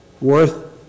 worth